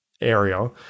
area